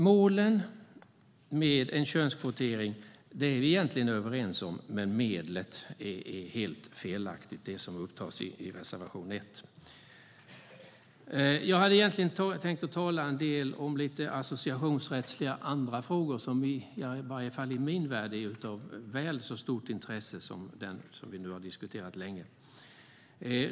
Målen med könskvotering är vi egentligen överens om, men medlet som upptas i reservation 1 är helt felaktigt. Jag hade egentligen tänkt tala en del om andra associationsrättsliga frågor som i varje fall i min värld är av väl så stort intresse som den som vi nu har diskuterat länge.